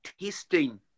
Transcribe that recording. testing